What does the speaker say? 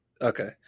Okay